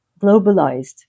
globalized